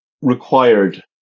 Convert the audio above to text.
required